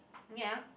ya